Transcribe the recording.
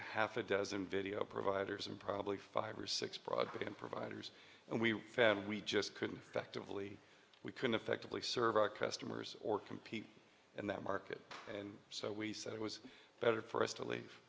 half a dozen video providers and probably five or six broadband providers and we found we just couldn't affect of really we could effectively serve our customers or compete in that market and so we said it was better for us to leave